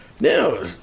No